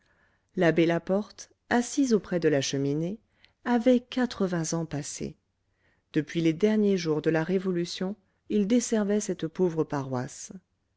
l'abbé laporte assis auprès de la cheminée avait quatre-vingts ans passés depuis les derniers jours de la révolution il desservait cette pauvre paroisse